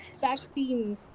vaccine